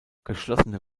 geschlossene